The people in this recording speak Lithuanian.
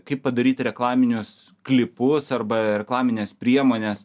kaip padaryti reklaminius klipus arba reklamines priemones